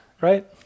right